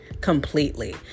completely